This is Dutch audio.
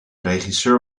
regisseur